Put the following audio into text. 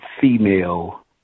female